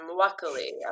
luckily